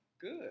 Good